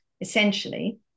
essentially